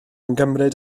ymgymryd